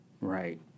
right